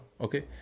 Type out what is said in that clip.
okay